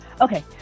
Okay